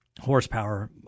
Horsepower